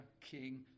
King